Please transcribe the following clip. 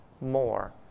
more